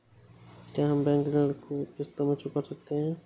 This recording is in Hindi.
क्या हम बैंक ऋण को किश्तों में चुका सकते हैं?